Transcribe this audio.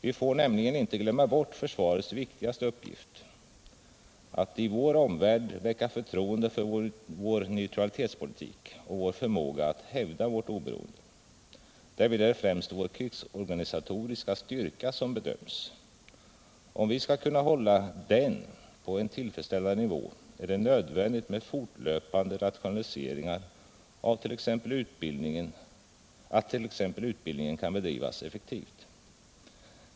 Vi får nämligen inte glömma bort försvarets viktigaste uppgift — att i vår omvärld väcka förtroende för vår neutralitetspolitik och vår förmåga att hävda vårt oberoende. Därvid är det främst vår krigsorganisatoriska styrka som bedöms. Om vi skall kunna hålla den på en tillfredsställande nivå är det nödvändigt med fortlöpande rationaliseringar och att t.ex. utbildningen kan bedrivas effektivt.